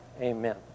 Amen